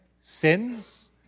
sins